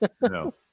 No